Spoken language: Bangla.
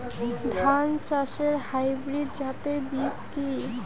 ধান চাষের হাইব্রিড জাতের বীজ কি?